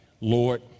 Lord